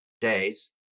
days